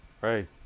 Right